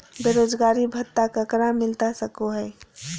बेरोजगारी भत्ता ककरा मिलता सको है?